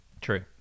True